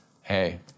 hey